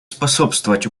способствовать